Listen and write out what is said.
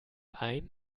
einen